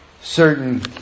Certain